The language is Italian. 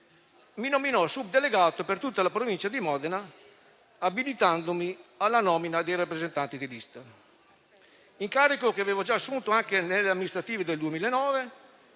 mi nominò sub-delegato per tutta la provincia di Modena, abilitandomi alla nomina dei rappresentanti di lista, incarico che avevo già assunto anche nelle amministrative del 2009